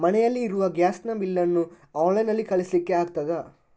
ಮನೆಯಲ್ಲಿ ಇರುವ ಗ್ಯಾಸ್ ನ ಬಿಲ್ ನ್ನು ಆನ್ಲೈನ್ ನಲ್ಲಿ ಕಳಿಸ್ಲಿಕ್ಕೆ ಆಗ್ತದಾ?